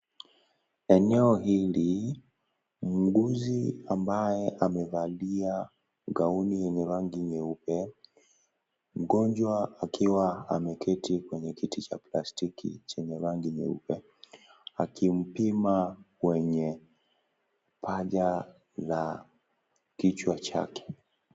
Eneo hili, muuguzi ambaye amevalia gauni yenye rangi nyeupe, mgonjwa akiwa ameketi kwenye kiti cha plastiki chenye rangi nyeupe akimpima kwenye ganja la kichwa chake.